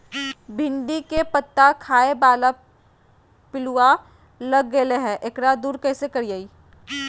भिंडी के पत्ता खाए बाला पिलुवा लग गेलै हैं, एकरा दूर कैसे करियय?